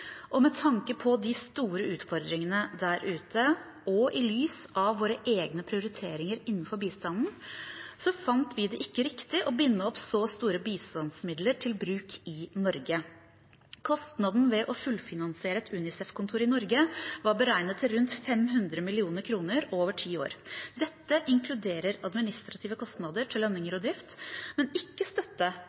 Med tanke på de store utfordringene der ute – og i lys av våre egne prioriteringer innenfor bistanden – fant vi det ikke riktig å binde opp så store bistandsmidler til bruk i Norge. Kostnaden ved å fullfinansiere et UNICEF-kontor i Norge var beregnet til rundt 500 mill. kr over ti år. Dette inkluderer administrative kostnader til lønninger og drift, men ikke støtte